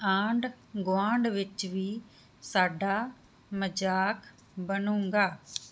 ਆਂਡ ਗੁਆਂਢ ਵਿੱਚ ਵੀ ਸਾਡਾ ਮਜ਼ਾਕ ਬਨੂਗਾ